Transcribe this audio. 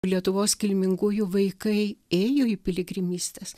lietuvos kilmingųjų vaikai ėjo į piligrimystes